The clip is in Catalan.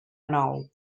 nou